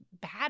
bad